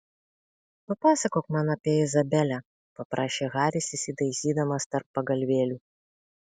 papasakok man apie izabelę paprašė haris įsitaisydamas tarp pagalvėlių